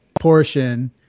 portion